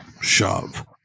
shove